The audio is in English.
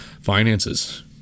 Finances